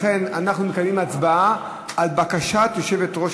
לכן אנחנו מקיימים הצבעה על בקשת יושבת-ראש